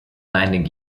landing